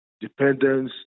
dependence